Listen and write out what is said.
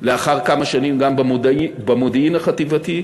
ולאחר כמה שנים גם במודיעין החטיבתי.